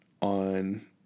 on